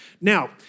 Now